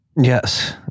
Yes